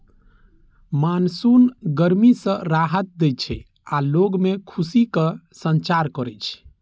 monsoon गर्मी सं राहत दै छै आ लोग मे खुशीक संचार करै छै